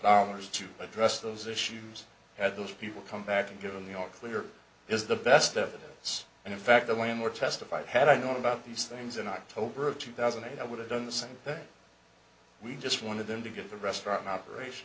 dollars to address those issues that those people come back and given the all clear is the best evidence and in fact the landlord testified had i known about these things in october of two thousand and eight i would have done the same thing we just wanted them to get the restaurant in operation